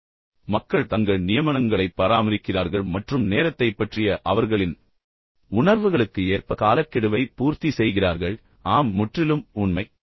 கடைசியாக இது நேரக் கண்ணோட்டத்தைப் பற்றியது மக்கள் தங்கள் நியமனங்களைப் பராமரிக்கிறார்கள் மற்றும் நேரத்தைப் பற்றிய அவர்களின் உணர்வுகளுக்கு ஏற்ப காலக்கெடுவை பூர்த்தி செய்கிறார்கள் ஆம் முற்றிலும் உண்மை